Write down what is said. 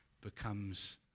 becomes